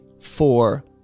four